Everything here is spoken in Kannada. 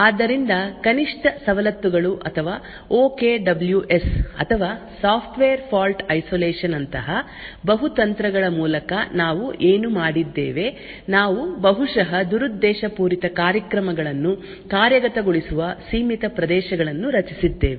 ಆದ್ದರಿಂದ ಕನಿಷ್ಠ ಸವಲತ್ತುಗಳು ಅಥವಾ OKWS ಅಥವಾ ಸಾಫ್ಟ್ವೇರ್ ಫಾಲ್ಟ್ ಐಸೋಲೇಷನ್ ಯಂತಹ ಬಹು ತಂತ್ರಗಳ ಮೂಲಕ ನಾವು ಏನು ಮಾಡಿದ್ದೇವೆ ನಾವು ಬಹುಶಃ ದುರುದ್ದೇಶಪೂರಿತ ಕಾರ್ಯಕ್ರಮಗಳನ್ನು ಕಾರ್ಯಗತಗೊಳಿಸುವ ಸೀಮಿತ ಪ್ರದೇಶಗಳನ್ನು ರಚಿಸಿದ್ದೇವೆ